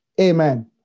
Amen